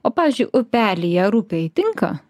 o pavyzdžiui upelyje ar upėj tinka